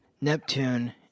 Neptune